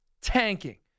Tanking